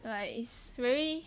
right it's very